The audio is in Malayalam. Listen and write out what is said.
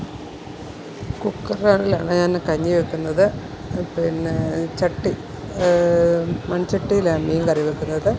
കുക്കറിലാണ് ഞാൻ കഞ്ഞി വയ്ക്കുന്നത് പിന്നെ ചട്ടി മൺചട്ടിയിലാണ് മീന്കറി വെക്കുന്നത്